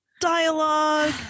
dialogue